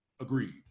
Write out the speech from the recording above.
Agreed